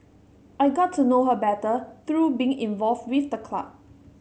I got to know her better through being involved with the club